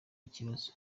ikibazo